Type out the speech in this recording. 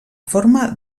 forma